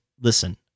listen